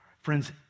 Friends